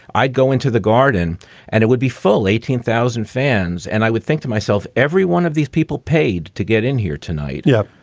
i'd go into the garden and it would be full eighteen thousand fans. and i would think to myself, every one of these people paid to get in here tonight. yeah.